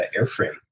airframe